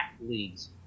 leagues